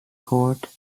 court